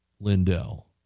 Lindell